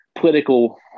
Political